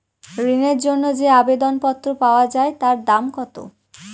ঋণের জন্য যে আবেদন পত্র পাওয়া য়ায় তার দাম কত?